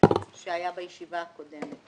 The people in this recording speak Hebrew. שהיה בישיבה הקודמת.